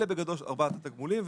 בגדול אלה ארבעת התגמולים.